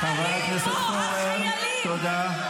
--- חבר הכנסת פורר, תודה.